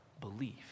belief